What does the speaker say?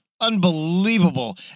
Unbelievable